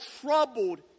troubled